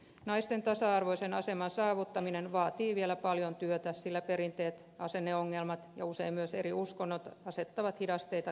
naisten tasa arvoisen aseman saavuttaminen vaatii vielä paljon työtä sillä perinteet asenneongelmat ja usein myös eri uskonnot asettavat hidasteita kehitykselle